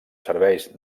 serveis